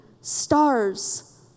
stars